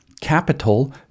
Capital